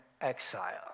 exile